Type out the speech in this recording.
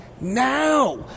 now